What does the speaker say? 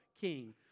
king